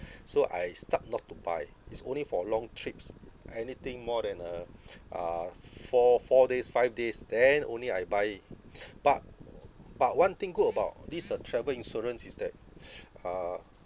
so I start not to buy it's only for long trips anything more than a uh f~ four four days five days then only I buy but but one thing good about this uh travel insurance is that uh